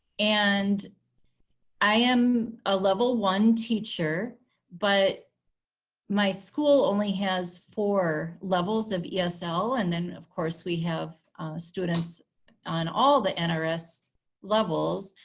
and i am a level one teacher but my school only has four levels of esl. and then of course we have students on all the nrs levels.